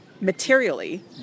materially